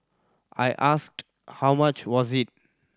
I asked how much was it